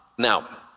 Now